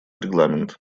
регламент